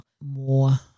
more